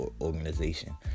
organization